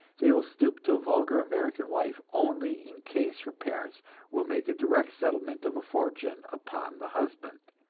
they will stoop to a vulgar american wife only in case her parents will make a direct settlement of a fortune upon the husband,